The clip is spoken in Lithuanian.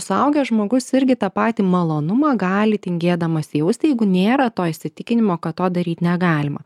suaugęs žmogus irgi tą patį malonumą gali tingėdamas jausti jeigu nėra to įsitikinimo kad to daryt negalima